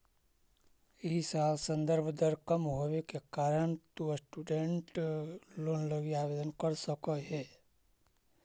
इ साल संदर्भ दर कम होवे के कारण तु स्टूडेंट लोन लगी आवेदन कर सकऽ हे